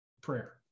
prayer